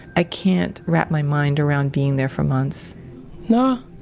i can't wrap my mind around being there for months naw?